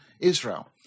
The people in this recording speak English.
Israel